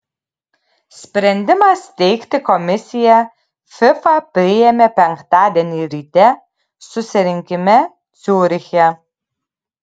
sprendimą steigti komisiją fifa priėmė penktadienį ryte susirinkime ciuriche